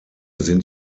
sind